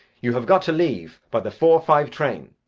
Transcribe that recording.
you have got to leave. by the four-five train.